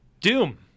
Doom